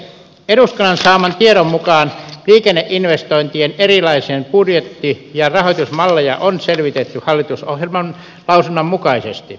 eduskunnan saaman tiedon mukaan liikenneinvestointien erilaisia budjetti ja rahoitusmalleja on selvitetty hallitusohjelman lausunnan mukaisesti